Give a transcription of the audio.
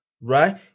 right